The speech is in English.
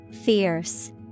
Fierce